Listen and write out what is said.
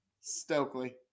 Stokely